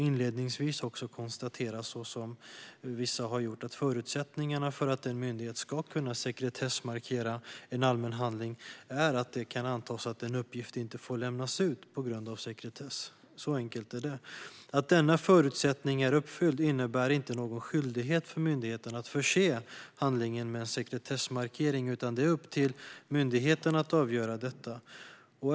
Inledningsvis kan vi konstatera, vilket vissa har gjort, att förutsättningarna för att en myndighet ska kunna sekretessmarkera en allmän handling är att det kan antas att en uppgift inte får lämnas ut på grund av sekretess. Så enkelt är det. Att denna förutsättning är uppfylld innebär inte någon skyldighet för myndigheten att förse handlingen med en sekretessmarkering, utan det är upp till myndigheten att avgöra detta.